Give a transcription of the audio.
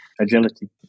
agility